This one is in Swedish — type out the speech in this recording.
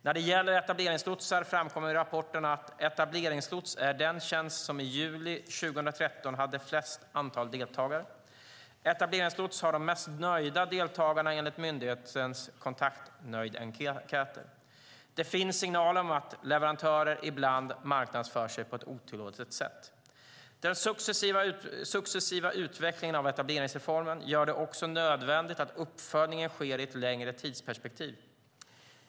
När det gäller etableringslotsar framkommer i rapporten att: etableringslots är den tjänst som i juli 2013 hade flest antal deltagare etableringslots har de mest nöjda deltagarna enligt myndighetens kundnöjdenkäter det finns signaler om att leverantörer ibland marknadsför sig på ett otillåtet sätt. Den successiva utvecklingen av etableringsreformen gör det också nödvändigt att uppföljningen sker i ett längre tidsperspektiv.